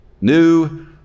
new